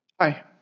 Hi